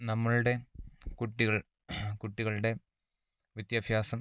നമ്മളുടെ കുട്ടികൾ കുട്ടികളുടെ വിദ്യാഭ്യാസം